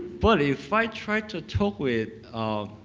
but if i try to talk with